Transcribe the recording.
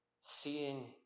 seeing